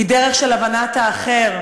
היא דרך של הבנת האחר".